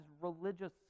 religious